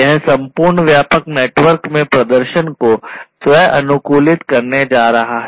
यह संपूर्ण व्यापक नेटवर्क में प्रदर्शन को स्व अनुकूलित करने जा रहा है